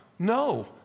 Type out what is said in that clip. No